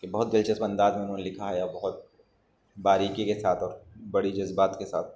کہ بہت دلچسپ انداز میں انہوں نے لکھا ہے اور بہت باریکی کے ساتھ اور بڑی جذبات کے ساتھ